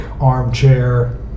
armchair